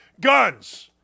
Guns